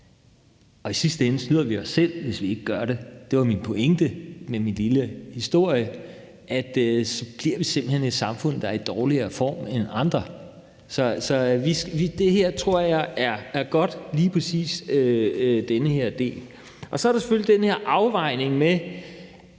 I sidste ende snyder vi os selv, hvis vi ikke gør det. Det var min pointe med min lille historie, nemlig at vi simpelt hen bliver et samfund, der er i dårligere form end andre. Så det, der handler om lige præcis den her del, tror jeg er godt. Så er der selvfølgelig den her afvejning af,